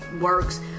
works